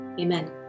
Amen